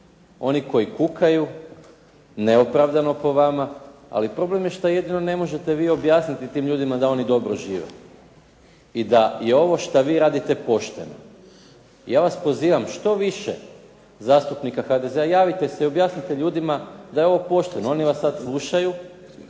Oni koji kukaju, neopravdano po vama, ali problem je što jedino ne možete vi objasniti tim ljudima da oni dobro žive i da je ovo što vi radite pošteno. Ja vas pozivam, što više zastupnika HDZ-a, javite se i objasnite ljudima da je ovo pošteno. Oni vas sad slušaju